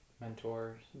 mentors